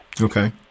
Okay